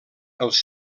els